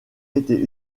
été